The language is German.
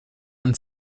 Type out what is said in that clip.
und